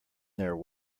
their